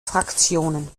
fraktionen